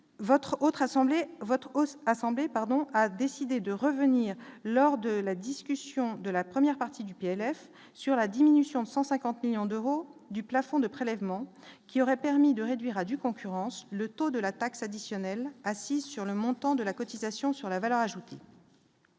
votre aussi, pardon, a décidé de revenir lors de la discussion de la 1ère partie du PLF sur la diminution de 150 millions d'euros du plafond de prélèvements qui aurait permis de réduire à due concurrence, le taux de la taxe additionnelle assise sur le montant de la cotisation sur la valeur ajoutée.